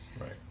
Right